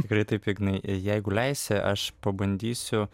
tikrai taip ignai jeigu leisi aš pabandysiu